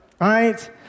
right